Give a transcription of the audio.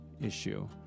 issue